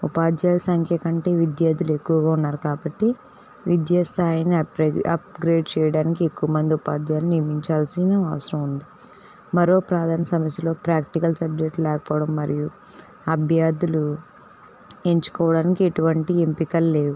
ఉపాధ్యాయుల సంఖ్యకంటే విద్యార్థులు ఎక్కువుగా ఉన్నారు కాబట్టి విద్యాసాయిని అప్ అప్గ్రేడ్ చేయడానికి ఎక్కువమంది ఉపాధ్యాయులను నియమించాల్సిన అవసరం ఉంది మరో ప్రధాన సమస్యలో ప్రాక్టికల్ సబ్జెక్ట్ లేకపోవడం మరియు అభ్యార్థులు ఎంచుకోవడానికి ఎటువంటి ఎంపికలు లేవు